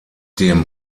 dem